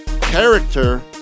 Character